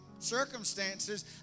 circumstances